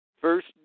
first